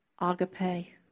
agape